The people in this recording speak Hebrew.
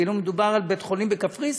כאילו מדובר בבית-חולים בקפריסין.